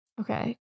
Okay